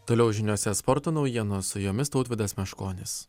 toliau žiniose sporto naujienos su jumis tautvydas meškonis